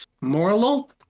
moral